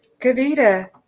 Kavita